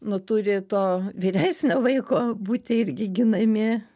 nu turi to vyresnio vaiko būti irgi ginami